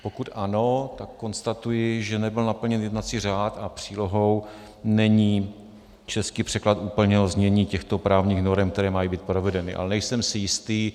Pokud ano, tak konstatuji, že nebyl naplněn jednací řád a přílohou není český překlad úplného znění těchto právních norem, které mají být provedeny, ale nejsem si jistý.